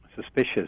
suspicious